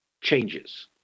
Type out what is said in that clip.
changes